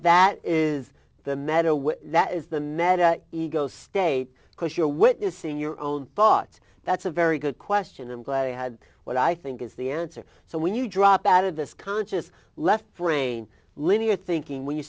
that is the meadow where that is the mad ego state because you're witnessing your own thoughts that's a very good question i'm glad you had what i think is the answer so when you drop out of this conscious left brain linear thinking when you